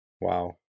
wow